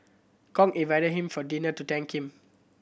Kong invited him for dinner to thank him